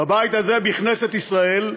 בבית הזה, בכנסת ישראל.